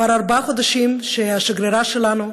כבר ארבעה חודשים השגרירה שלנו,